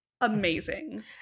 amazing